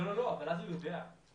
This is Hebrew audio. אבל אז הוא יודע.